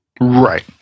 right